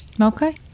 Okay